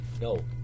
No